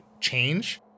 change